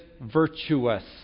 virtuous